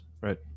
right